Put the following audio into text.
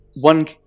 one